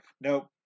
nope